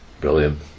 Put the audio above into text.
Brilliant